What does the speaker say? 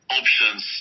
options